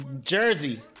Jersey